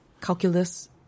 calculus